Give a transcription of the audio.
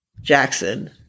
Jackson